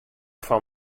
fan